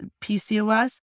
PCOS